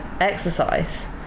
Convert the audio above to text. exercise